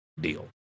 Deal